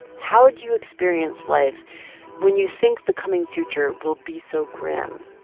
how do you experience life when you think the coming future will be so grim?